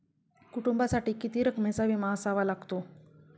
कुटुंबासाठी किती रकमेचा विमा असावा लागतो?